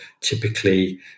typically